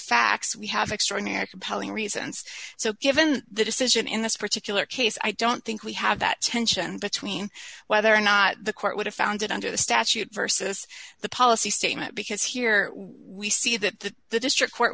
facts we have extraordinary compelling reasons so given the decision in this particular case i don't think we have that tension between whether or not the court would have found it under the statute versus the policy statement because here we see that the district court